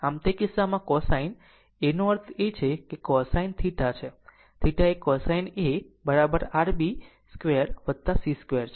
આમ તે કિસ્સામાં cosine A નો અર્થ છે તે cosine થેટા છે આ થેટા એ cosine Ar b square c square છે